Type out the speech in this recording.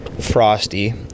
frosty